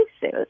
suit